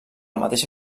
mateixa